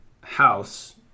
house